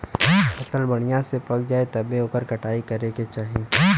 फसल बढ़िया से पक जाये तब्बे ओकर कटाई करे के चाही